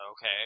Okay